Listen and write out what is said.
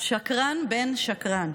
שקרן בן שקרן.